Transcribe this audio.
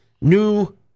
new